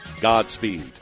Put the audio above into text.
Godspeed